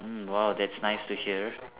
mm !wow! that's nice to hear